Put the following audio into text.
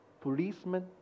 policemen